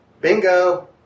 Bingo